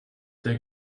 der